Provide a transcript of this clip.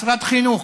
משרד החינוך,